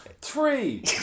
Three